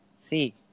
See